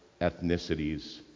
ethnicities